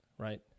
Right